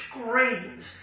screams